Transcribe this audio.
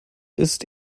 ist